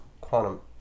quantum